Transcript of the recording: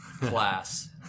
class